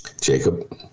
Jacob